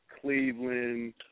Cleveland